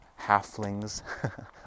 halflings